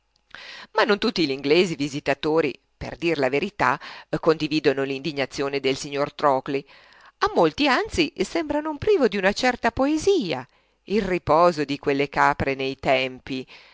ma non tutti gl'inglesi visitatori per dir la verità condividono l'indignazione del signor trockley a molti anzi sembra non privo d'una certa poesia il riposo di quelle capre nei tempii